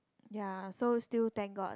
ya so still thank god